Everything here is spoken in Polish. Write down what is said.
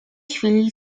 chwili